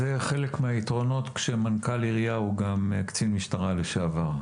זה חלק מהיתרונות כשמנכ"ל עירייה הוא גם קצין משטרה לשעבר,